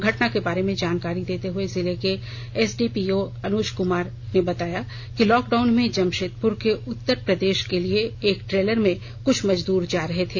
घटना के बारे में जानकारी देते हुए जिले के एसडीपीओ अनुज उरांव ने बताया कि लॉक डाउन में जमशेदपुर से उत्तर प्रदेश के लिये इस ट्रेलर में कुछ मजदूर जा रहे थे